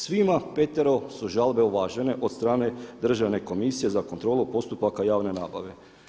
Svim petero su žalbe uvažene od strane državne komisije za kontrolu postupaka javne nabave.